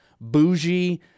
bougie